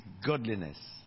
godliness